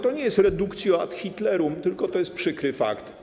To nie jest reductio ad Hitlerum, tylko to jest przykry fakt.